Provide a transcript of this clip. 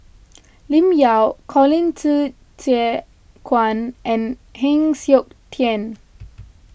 Lim Yau Colin Qi Zhe Quan and Heng Siok Tian